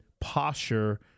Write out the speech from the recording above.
posture